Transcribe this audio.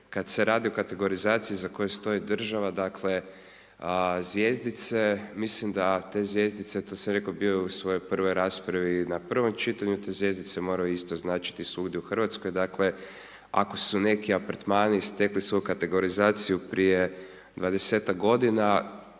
Kad se radi o kategorizaciji za koju stoji država, dakle zvjezdice, mislim da te zvjezdice, to sam rekao bio i u svojoj prvoj raspravi i na prvom čitanju, te zvjezdice moraju isto značiti svugdje u Hrvatskoj, dakle ako su neki apartmani steklu svoju kategorizaciju prije 20-ak godina,